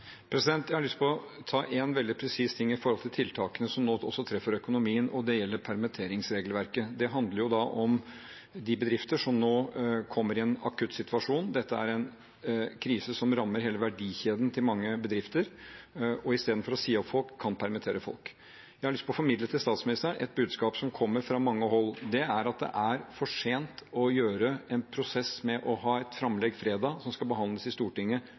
Jeg har lyst til å ta én veldig presis ting når det gjelder tiltakene som nå også treffer økonomien, og det gjelder permitteringsregelverket. Det handler om de bedriftene som nå kommer i en akutt situasjon. Dette er en krise som rammer hele verdikjeden til mange bedrifter, som istedenfor å si opp folk kan permittere folk. Jeg har lyst til å formidle til statsministeren et budskap som kommer fra mange hold. Det er at det er for sent med en prosess med å ha et framlegg fredag som skal behandles i Stortinget